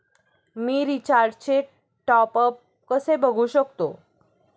मी रिचार्जचे टॉपअप कसे बघू शकतो?